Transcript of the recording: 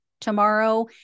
tomorrow